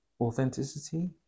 authenticity